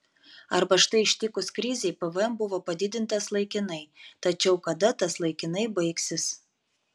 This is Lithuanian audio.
arba štai ištikus krizei pvm buvo padidintas laikinai tačiau kada tas laikinai baigsis